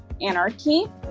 anarchy